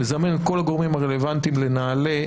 לזמן את כל הגורמים הרלוונטיים, נעל"ה,